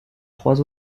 trois